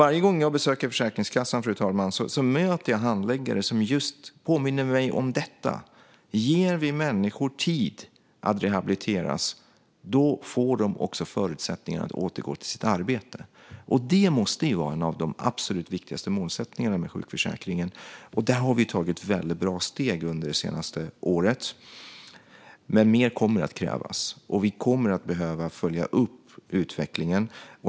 Varje gång jag besöker Försäkringskassan möter jag handläggare som påminner mig om just detta, alltså att om vi ger människor tid att rehabiliteras får de också förutsättningar att återgå till sitt arbete. Det måste vara en av de absolut viktigaste målsättningarna med sjukförsäkringen. Där har vi tagit väldigt bra steg under det senaste året. Men mer kommer att krävas, och vi kommer att behöva följa upp utvecklingen.